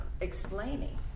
explaining